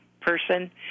person